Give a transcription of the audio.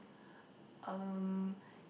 um